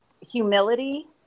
humility